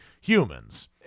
humans